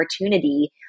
opportunity